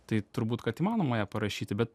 tai turbūt kad įmanoma ją parašyti bet